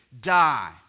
die